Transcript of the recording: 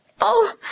Oh